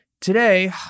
Today